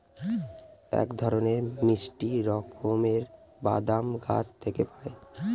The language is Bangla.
এক ধরনের মিষ্টি রকমের বাদাম গাছ থেকে পায়